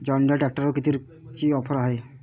John Deere ट्रॅक्टरवर कितीची offer हाये?